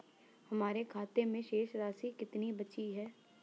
हमारे खाते में शेष राशि कितनी बची है?